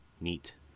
neat